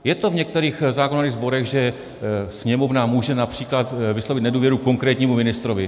Je to v některých zákonodárných sborech, že sněmovna může například vyslovit nedůvěru konkrétnímu ministrovi.